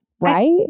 right